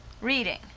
reading